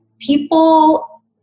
people